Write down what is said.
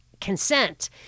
consent